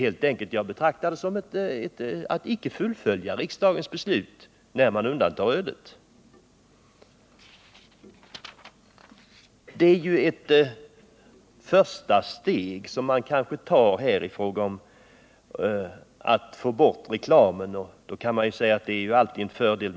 Jag anser att man inte fullföljer riksdagens beslut när man undantar Detta är det första steget som man tar i fråga om att få bort reklamen — och det är alltid en fördel.